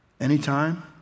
Anytime